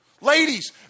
Ladies